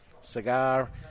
cigar